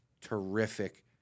terrific